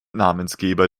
namensgeber